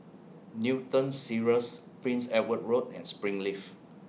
Newton Cirus Prince Edward Road and Springleaf